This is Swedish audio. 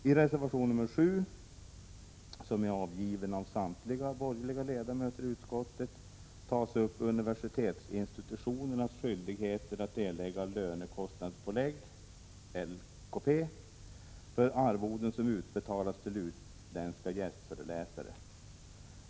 I reservation 7, avgiven av samtliga borgerliga ledamöter i utskottet, tas upp universitetsinstitutionernas skyldigheter att erlägga lönekostnadspålägg —-LKP för arvoden som utbetalas till utländska gästföreläsare.